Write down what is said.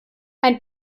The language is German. ein